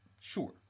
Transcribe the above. Sure